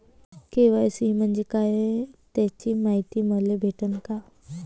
KYC म्हंजे काय त्याची मायती मले भेटन का?